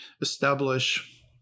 establish